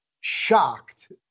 shocked